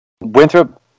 Winthrop